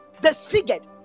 disfigured